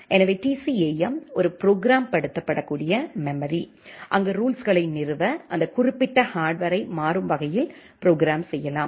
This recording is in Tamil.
எனவே TCAM ஒரு ப்ரோக்ராம்படுத்தக்கூடிய மெமரி அங்கு ரூல்ஸுகளை நிறுவ அந்த குறிப்பிட்ட ஹார்ட்வரை மாறும் வகையில் ப்ரோக்ராம் செய்யலாம்